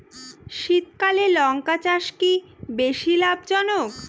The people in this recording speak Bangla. শীতকালে লঙ্কা চাষ কি বেশী লাভজনক?